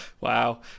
Wow